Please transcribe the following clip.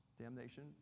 Damnation